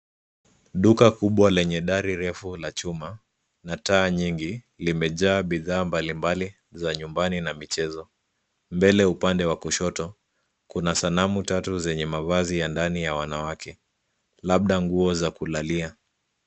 Duka kubwa lenye dari refu na chuma na taa nyingi limejaa bidhaa mbalimbali za nyumbani na michezo mbele upande wa kushoto kuna sanamu tatu zenye mavazi ya ndani ya wanawake. Labda nguo za kulalia.